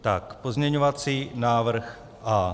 Tak pozměňovací návrh A.